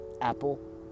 Apple